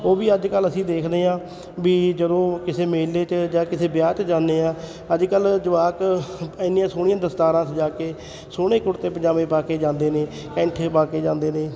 ਉਹ ਵੀ ਅੱਜ ਕੱਲ੍ਹ ਅਸੀਂ ਦੇਖਦੇ ਹਾਂ ਵੀ ਜਦੋਂ ਕਿਸੇ ਮੇਲੇ 'ਚ ਜਾਂ ਕਿਸੇ ਵਿਆਹ 'ਚ ਜਾਂਦੇ ਆ ਅੱਜ ਕੱਲ੍ਹ ਜਵਾਕ ਇੰਨੀਆਂ ਸੋਹਣੀਆਂ ਦਸਤਾਰਾਂ ਸਜਾ ਕੇ ਸੋਹਣੇ ਕੁੜਤੇ ਪਜਾਮੇ ਪਾ ਕੇ ਜਾਂਦੇ ਨੇ ਕੈਂਠੇ ਪਾ ਕੇ ਜਾਂਦੇ ਨੇ